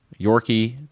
Yorkie